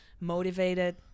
motivated